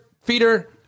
feeder